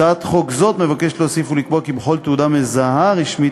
הצעת חוק זו מבקשת להוסיף ולקבוע כי בכל תעודה מזהה רשמית,